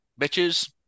bitches